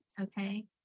Okay